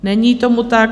Není tomu tak.